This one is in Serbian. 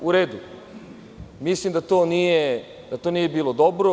U redu, mislim da to nije bilo dobro.